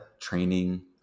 training